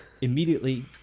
Immediately